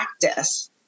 practice